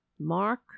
Mark